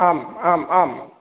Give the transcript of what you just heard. आम् आम् आम्